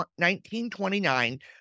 1929